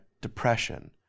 depression